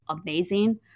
amazing